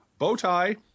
Bowtie